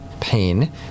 pain